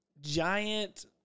giant